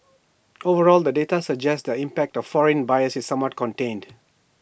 overall the data suggests that the impact of foreign buyers is somewhat contained